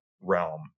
realm